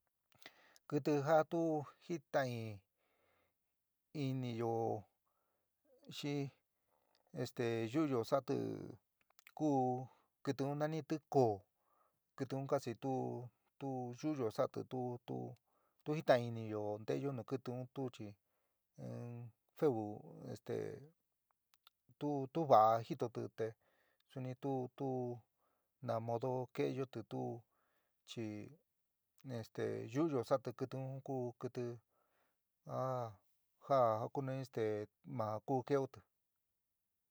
Kɨtɨ ja tu jita'in iniyo xi este yu'uyo sa'ati ku kɨtɨ u nanitɨ koó kɨtɨ kasi tu tu yu'uyo sa'ati tu tu jita'in iniyo ntéyo nu kɨtɨ un tu chi in feu este tu tu vaa jitoti te suni tu tu na modo ke'eyoti tu chi este yu'uyo saati kɨtɨ ku kɨtɨ a ja kuni este ma ku keéoti.